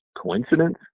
coincidence